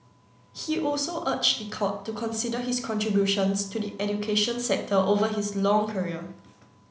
he also urged the court to consider his contributions to the education sector over his long career